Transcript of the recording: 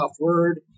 Word